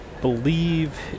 believe